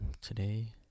Today